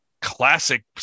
classic